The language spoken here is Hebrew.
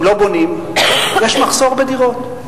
אם לא בונים, יש מחסור בדירות.